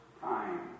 time